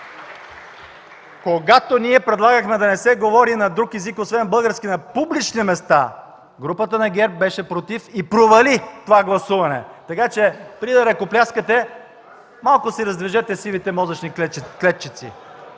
Когато ние предлагахме да не се говори на друг език, освен на български, на публични места, групата на ГЕРБ беше против и провали това гласуване. Така че преди да ръкопляскате малко си раздвижете сивите мозъчни клетчици,